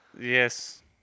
Yes